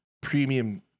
premium